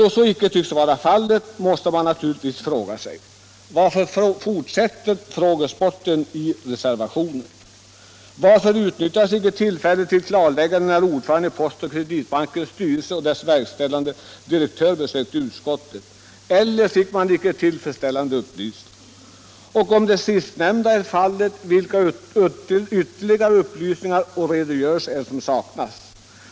Då så icke tycks vara fallet måste man fråga sig: Varför fortsätter frågesporten i reservationen? Varför utnyttjades inte tillfället till klarläggande när ordföranden i Postoch Kreditbankens styrelse och dess verkställande direktör besökte utskottet? Eller fick man icke tillfredställande upplysningar? Och om det sistnämnda är fallet, vilka ytterligare upplysningar och redogörelser är det som saknas?